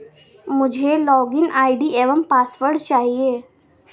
मुझें login ID एवं password चाहिए